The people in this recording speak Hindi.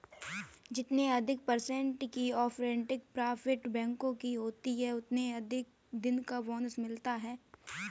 जितने अधिक पर्सेन्ट की ऑपरेटिंग प्रॉफिट बैंकों को होती हैं उतने दिन का बोनस मिलता हैं